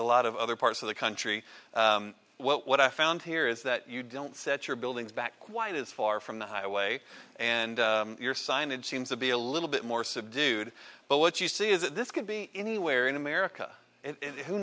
a lot of other parts of the country what what i found here is that you don't set your buildings back why it is far from the highway and your signage seems to be a little bit more subdued but what you see is that this could be anywhere in america who